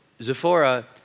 Zephora